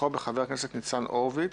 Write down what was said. לבחור בחבר הכנסת ניצן הורוביץ